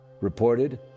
Reported